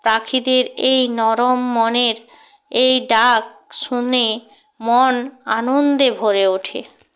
পাখিদের এই নরম মনের এই ডাক শুনে মন আনন্দে ভরে ওঠে